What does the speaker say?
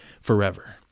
forever